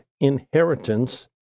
inheritance